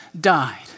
died